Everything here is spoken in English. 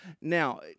Now